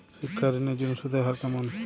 শিক্ষা ঋণ এর জন্য সুদের হার কেমন?